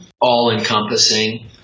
all-encompassing